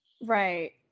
Right